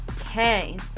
okay